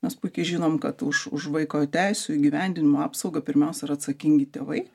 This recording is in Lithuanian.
mes puikiai žinom kad už už vaiko teisių įgyvendinimą apsaugą pirmiausia yra atsakingi tėvai